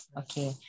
okay